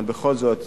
אבל בכל זאת,